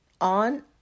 On